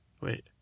Wait